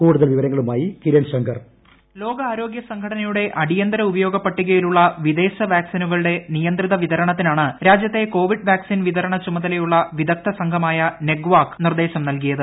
കൂടുതൽ വിവരങ്ങളുമായി കിരൺ ശങ്കർ വോയിസ് ലോകാരോഗ്യ സംഘടനയുടെ അടിയന്തര ഉപയോഗ പട്ടികയിലുളള വിദേശ വാക്സിനുകളുടെ നിയന്ത്രിത വിതരണത്തിനാണ് രാജ്യത്തെ കോവിഡ് വാക്സിൻ വിതരണ ചുമതലയുളള വിദഗ്ധ സംഘമായ നെഗ് വാക് നിർദ്ദേശം നൽകിയത്